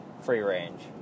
free-range